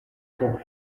coins